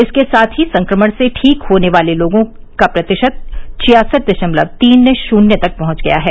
इसके साथ ही संक्रमण से ठीक होने वालों का प्रतिशत छियासठ दशमलव तीन शून्य तक पहुंच गया है